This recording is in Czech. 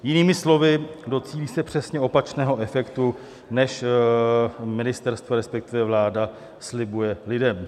Jinými slovy, docílí se přesně opačného efektu než ministerstvo, respektive vláda slibuje lidem.